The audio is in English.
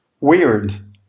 weird